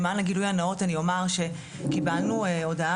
למען הגילוי הנאות אני אומר שקיבלנו הודעה